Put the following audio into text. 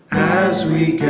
as we